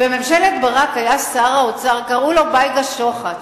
בממשלת ברק היה שר האוצר, קראו לו בייגה שוחט.